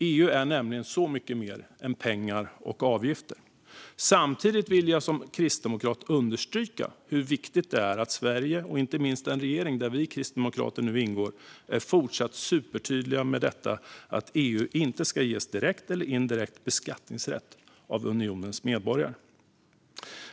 EU är nämligen så mycket mer än pengar och avgifter. Samtidigt vill jag som kristdemokrat understryka hur viktigt det är att Sverige, och inte minst den regering där vi kristdemokrater nu ingår, är fortsatt supertydliga med att EU inte ska ges direkt eller indirekt beskattningsrätt av unionens medborgare.